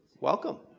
welcome